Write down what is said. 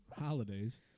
holidays